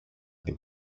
την